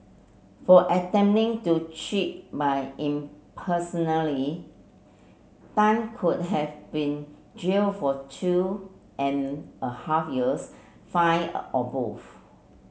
for attempting to cheat by Tan could have been jailed for two and a half years fine or both